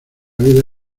vida